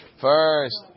First